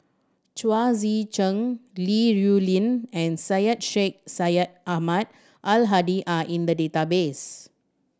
Chao Tzee Cheng Li Rulin and Syed Sheikh Syed Ahmad Al Hadi are in the database